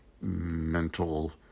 mental